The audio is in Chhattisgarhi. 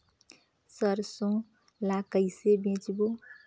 सरसो ला कइसे बेचबो?